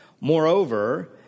Moreover